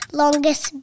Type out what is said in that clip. longest